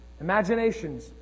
Imaginations